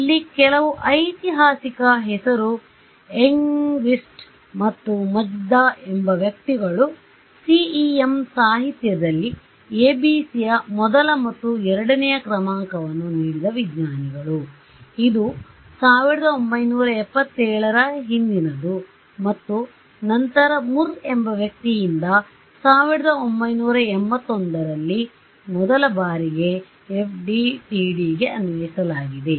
ಇಲ್ಲಿ ಕೆಲವು ಐತಿಹಾಸಿಕ ಹೆಸರು ಎಂಗ್ಕ್ವಿಸ್ಟ್ಮತ್ತು ಮಜ್ದಾ ಎಂಬ ವ್ಯಕ್ತಿಗಳು CEM ಸಾಹಿತ್ಯದಲ್ಲಿ ABCಯ ಮೊದಲ ಮತ್ತು ಎರಡನೆಯ ಕ್ರಮಾಂಕವನ್ನು ನೀಡಿದ ವಿಜ್ಞಾನಿಗಳುಇದು 1977 ರ ಹಿಂದಿನದು ಮತ್ತು ನಂತರ ಮುರ್ ಎಂಬ ವ್ಯಕ್ತಿಯಿಂದ 1981 ರಲ್ಲಿ ಮೊದಲ ಬಾರಿಗೆ FDTDಗೆ ಅನ್ವಯಿಸಲಾಗಿದೆ